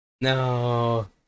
No